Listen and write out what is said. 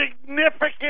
significant